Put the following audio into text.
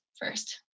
first